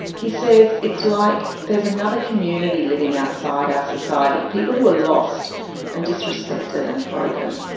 he says, it's like there's another community living outside our society. people who are lost and disrespected and broken.